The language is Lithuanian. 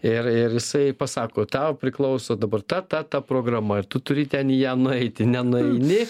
ir ir jisai pasako tau priklauso dabar ta ta ta programa ir tu turi ten į ją nueiti nenueini